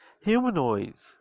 Humanoids